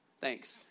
Thanks